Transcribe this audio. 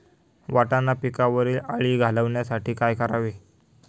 वाटाणा पिकावरील अळी घालवण्यासाठी काय करावे?